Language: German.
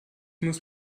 muss